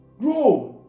Grow